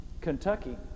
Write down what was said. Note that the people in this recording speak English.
Kentucky